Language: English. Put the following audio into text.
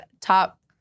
top